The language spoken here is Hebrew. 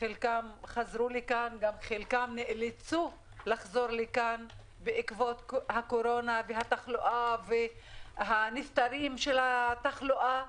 חלקם נאלצו לחזור לכאן בגלל הקורונה והתחלואה הרבה באותה ארץ.